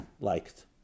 liked